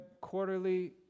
quarterly